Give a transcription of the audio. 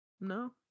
no